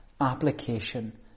application